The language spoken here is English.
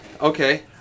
okay